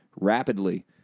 rapidly